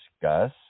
discuss